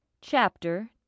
Chapter